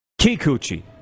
Kikuchi